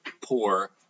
poor